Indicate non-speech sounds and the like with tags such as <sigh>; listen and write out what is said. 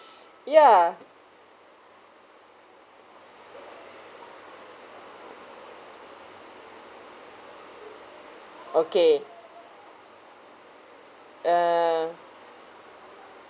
<breath> ya okay err